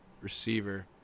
receiver